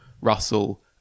Russell